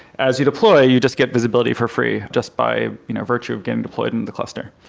as you deploy, you just get visibility for free just by you know virtue of getting deployed in the cluster.